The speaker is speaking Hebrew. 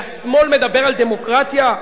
והשמאל מדבר על דמוקרטיה?